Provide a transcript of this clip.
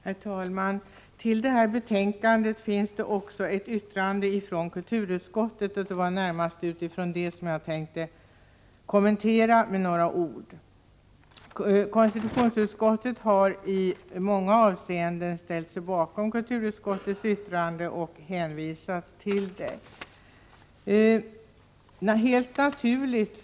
Herr talman! Till det här betänkandet finns det också ett yttrande från kulturutskottet. Det var närmast utifrån detta som jag tänkte komma med några kommentarer. Konstitutionsutskottet har i många avseenden ställt sig bakom kulturutskottets yttrande och hänvisat till detta.